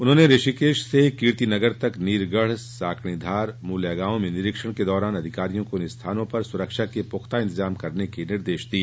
उन्होंने ऋषिकेश से कीर्तिनगर तक नीरगढ़ साकणीधार मुल्यागांव में निरीक्षण के दौरान अधिकारियों को इन स्थानों पर सुरक्षा के पुख्ता इंतजाम करने के निर्देश दिए